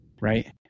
right